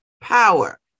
power